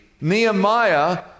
Nehemiah